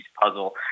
puzzle